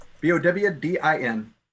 B-O-W-D-I-N